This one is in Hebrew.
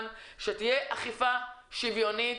שתהיה אכיפה שוויונית,